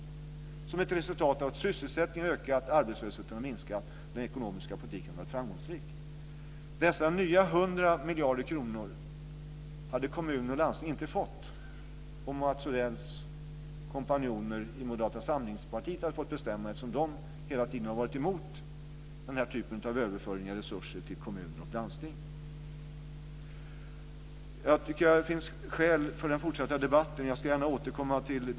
Detta är ett resultat av att sysselsättningen har ökat och arbetslösheten minskat när den ekonomiska politiken har varit framgångsrik. Dessa nya 100 miljarder kronor hade kommuner och landsting inte fått om Mats Odells kompanjoner i Moderata samlingspartiet hade fått bestämma, eftersom de hela tiden har varit emot den här typen av överföringar av resurser till kommuner och landsting. Jag ska gärna återkomma till det som Karin Pilsäter och Lena Ek tog upp.